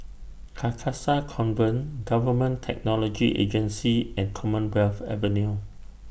Carcasa Convent Government Technology Agency and Commonwealth Avenue